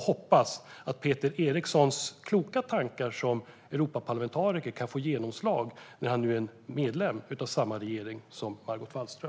hoppas att Peter Erikssons kloka tankar som Europaparlamentariker kan få genomslag när han nu är medlem av samma regering som Margot Wallström.